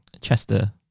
Chester